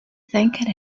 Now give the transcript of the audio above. thanked